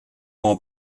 como